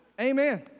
Amen